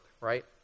right